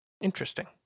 interesting